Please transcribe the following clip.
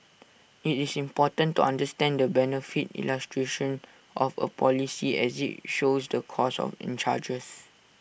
IT is important to understand the benefit illustration of A policy as IT shows the costs of in charges